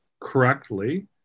correctly